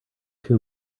too